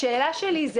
השאלה שלי היא,